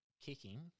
kicking